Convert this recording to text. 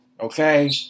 okay